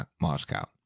Moscow